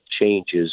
changes